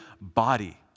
body